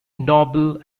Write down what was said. noble